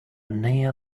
near